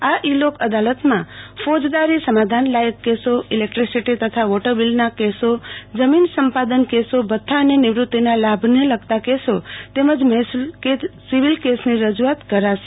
આ ઈ લોક અદાલતમાં ફોજદારી સમાધાન લાયક કેસો ઈલેકટ્રીસીટી તથા વોટરબીલના કેસો જમીન સંપાદન કેસો ભથ્થા અને નિવૃત્તિના લાભને લગતા કેસો તેમજ મહેસૂલન કે સિવિલ કેસની રજૂઆત કરાશે